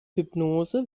hypnose